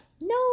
No